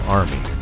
army